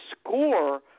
score –